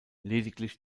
lediglich